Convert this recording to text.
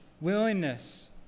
willingness